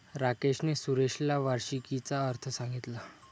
राकेशने सुरेशला वार्षिकीचा अर्थ सांगितला